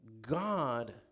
God